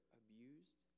abused